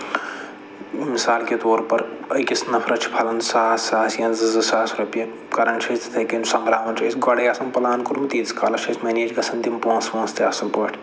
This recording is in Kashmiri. مِثال کے طور پَر أکِس نَفرَس چھِ پھَلان ساس ساس یا زٕ زٕ ساس رۄپیہِ کران چھِ أسۍ یِتھَے کٔنۍ سۄنٛمبراوان چھِ أسۍ گۄڈَے آسان پٕلان کوٚرمُت تیٖتِس کالَس چھِ اَسہِ مٮ۪نیج گژھان تِم پوںٛسہٕ وونٛسہٕ تہِ اَصٕل پٲٹھۍ